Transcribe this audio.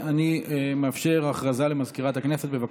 אני מאפשר הודעה למזכירת הכנסת, בבקשה.